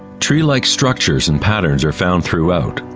tree-like structures and patterns are found throughout.